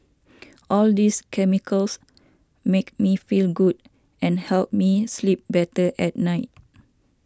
all these chemicals make me feel good and help me sleep better at night